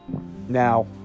Now